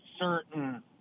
certain